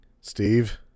steve